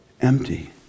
empty